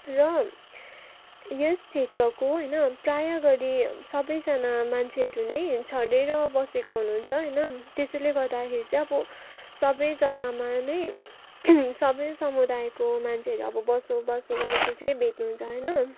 र यस क्षेत्रको होइन प्राय गरी सबैजना मान्छेहरू नै छरिएर बसेको हुनुहुन्छ होइन त्यसैले गर्दाखेरि चाहिँ अब सबै जग्गामा नै सबै समुदायको मान्छेहरू अब बसोबासो गरेको चाहिँ भेट्नु हुन्छ होइन